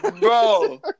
bro